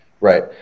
Right